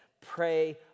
pray